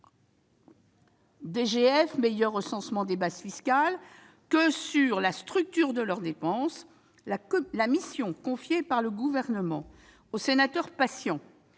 DGF, meilleur recensement des bases fiscales-que sur la structure de leurs dépenses. La mission confiée par le Gouvernement au sénateur Georges